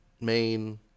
main